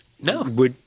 No